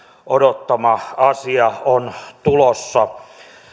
odottama asia on tulossa